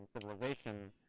civilization